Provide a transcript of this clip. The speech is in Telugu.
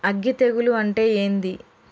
అగ్గి తెగులు అంటే ఏంది?